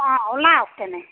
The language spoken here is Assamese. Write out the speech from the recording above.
অঁ ওলাওক তেনে